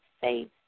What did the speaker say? faith